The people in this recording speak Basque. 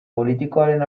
politikoren